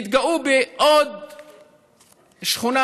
התגאו בעוד שכונה,